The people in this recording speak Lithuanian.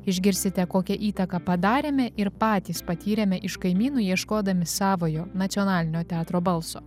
išgirsite kokią įtaką padarėme ir patys patyrėme iš kaimynų ieškodami savojo nacionalinio teatro balso